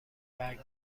برگ